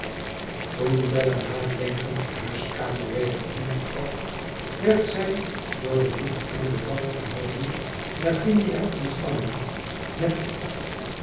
toen bella nadenkend de huiskamer weder intrad werd zij door de niet in bedwang te houden lavinia ontvangen met